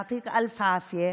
יישר כוח.